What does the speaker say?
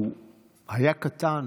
שהוא היה קטן,